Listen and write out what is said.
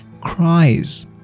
cries